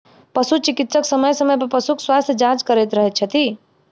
पशु चिकित्सक समय समय पर पशुक स्वास्थ्य जाँच करैत रहैत छथि